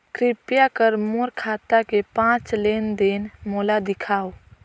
कृपया कर मोर खाता के पांच लेन देन मोला दिखावव